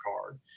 card